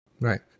Right